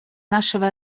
нашего